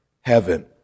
heaven